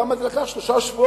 כמה זה לקח, שלושה שבועות?